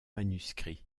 manuscrits